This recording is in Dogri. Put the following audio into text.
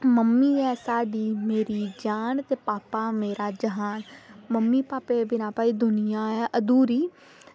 मम्मी ऐ मेरी साढ़ी जान ते भापा मेरा जहान मम्मी भापै दे बिना भई दूनिया ऐ अधूरी